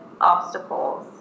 obstacles